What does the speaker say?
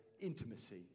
intimacy